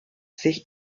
sich